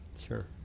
Sure